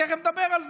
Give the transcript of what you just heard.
תכף נדבר על זה.